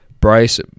Bryce